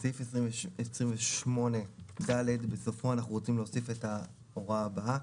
סעיף 28(ד) בסופו אנחנו רוצים להוסיף את ההוראה הבאה: